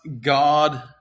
God